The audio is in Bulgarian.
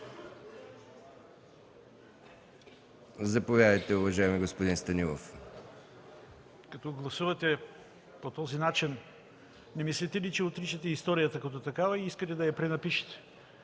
Заповядайте, уважаеми господин Станилов. СТАНИСЛАВ СТАНИЛОВ (Атака): Като гласувате по този начин, не мислите ли, че отричате историята като такава и искате да я пренапишете?